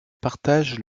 partagent